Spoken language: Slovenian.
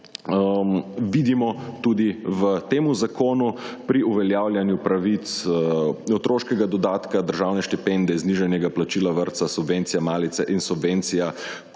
vidimo tudi v tem zakonu pri uveljavljanju pravic otroškega dodatka, državne štipendije, znižanega plačila vrtca, subvencije malice in subvencije